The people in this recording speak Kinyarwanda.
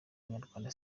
inyarwanda